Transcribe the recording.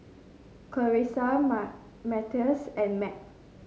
Carisa Matthias and Meg